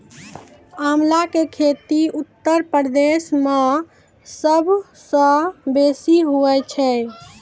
आंवला के खेती उत्तर प्रदेश मअ सबसअ बेसी हुअए छै